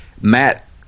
Matt